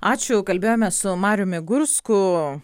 ačiū kalbėjomės su mariumi gursku